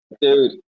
Dude